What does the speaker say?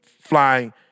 flying